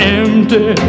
empty